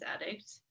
addict